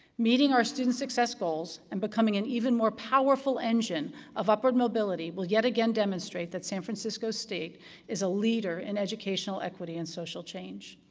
meeting our student success goals and becoming an even-more-powerful engine of upward mobility will, yet again, demonstrate that san francisco state is a leader in educational equity and social change.